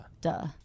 duh